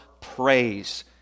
praise